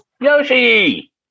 Yoshi